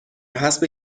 حسب